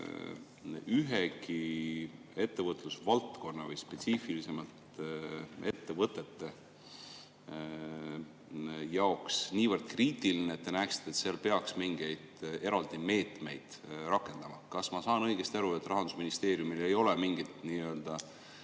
ühegi ettevõtlusvaldkonna või spetsiifilisemalt ettevõtete jaoks niivõrd kriitiline, et peaksite vajalikuks mingeid eraldi meetmeid rakendada. Kas ma saan õigesti aru, et Rahandusministeeriumil ei ole mingit sellist